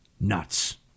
nuts